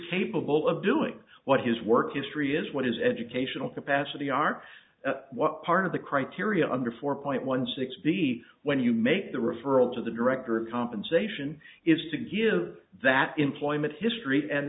bable of doing what his work history is what his educational capacity are what part of the criteria under four point one six b when you make the referral to the director of compensation is to give that employment history and